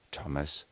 Thomas